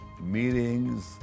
meetings